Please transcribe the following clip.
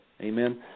Amen